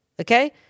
Okay